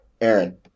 Aaron